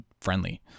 friendly